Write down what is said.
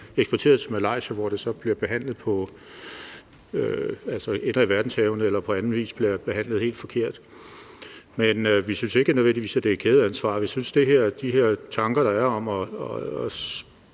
eksporteret til Malaysia, hvor det ender i verdenshavene eller på anden vis bliver behandlet helt forkert. Men vi synes ikke nødvendigvis, at det skal være et kædeansvar. Vi synes, at de her tanker, der er, om at